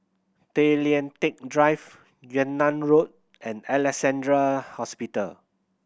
Tay Lian Teck Drive Yunnan Road and Alexandra Hospital